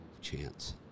Chance